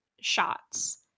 shots